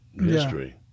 history